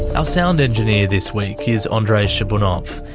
ah sound engineer this week is andrei shabanov,